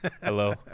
hello